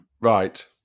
Right